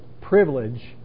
privilege